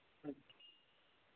अच्छ